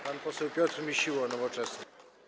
Pan poseł Piotr Misiło, Nowoczesna.